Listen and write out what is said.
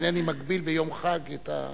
ביום חג אינני מגביל את הנואמים.